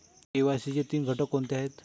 KYC चे तीन घटक कोणते आहेत?